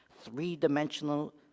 three-dimensional